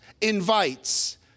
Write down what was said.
invites